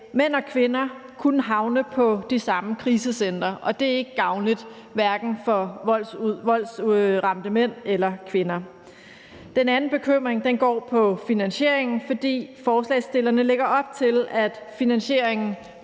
mænd og kvinder kunne havne på de samme krisecentre, og det er ikke gavnligt hverken for voldsramte mænd eller kvinder. Den anden bekymring går på finansieringen, for forslagsstillerne lægger op til, at finansieringen